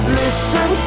listen